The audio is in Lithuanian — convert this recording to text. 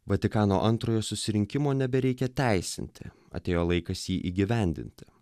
vatikano antrojo susirinkimo nebereikia teisinti atėjo laikas jį įgyvendinti